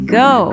go